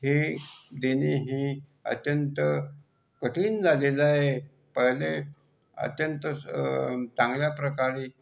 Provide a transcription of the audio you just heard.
हे त्यानी हे अत्यंत कठीण झालेलं आहे पहिले अत्यंत चांगल्याप्रकारे